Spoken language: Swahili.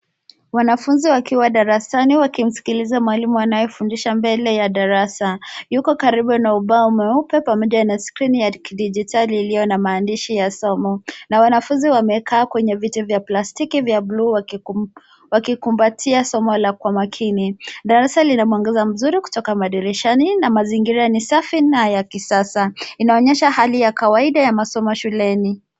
Wanafunzi wakiwa darasani wakimsikiliza mwalimu anayefundisha mbele ya darasa. Yuko karibu na ubao mweupe pamoja na skrini ya kidigitali iliyo na maandishi ya somo, na wanafunzi wamekaa kwenye viti vya plastiki vya buluu wakikumbatia somo la kwa makini. Darasa lina mwangaza mzuri kutoka madirishani, na mazingira ni safi na ya kisasa . Inaonyesha hali ya kawaida ya masomo shuleni.